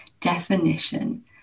definition